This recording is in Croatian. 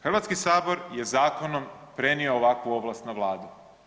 Hrvatski sabor je zakonom prenio ovakvu ovlast na Vladu.